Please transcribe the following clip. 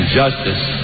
justice